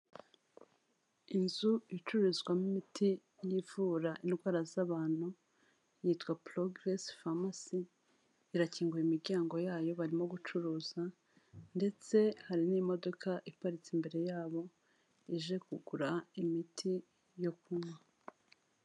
Inzu icururizwamo imiti yivura indwara z'abantu yitwa ''PROGRESS PHARMACY'' irakinguye imiryango yayo barimo gucuruza ndetse hari n'imodoka iparitse imbere yabo ije kugura imiti yo kunywa.